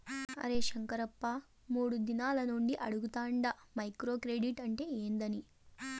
అరే శంకరప్ప, మూడు దినాల నుండి అడగతాండ మైక్రో క్రెడిట్ అంటే ఏందని